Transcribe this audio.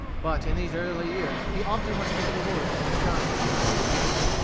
but in these early years he often went into the woods with his gun in pursuit of game,